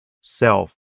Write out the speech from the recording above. self